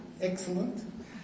excellent